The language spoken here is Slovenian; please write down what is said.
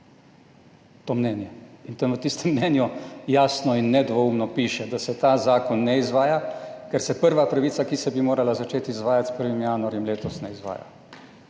To mnenje in tam v tistem mnenju jasno in nedvoumno piše, da se ta zakon ne izvaja, ker se prva pravica, ki se bi morala začeti izvajati s 1. januarjem letos, ne izvaja.